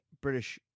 British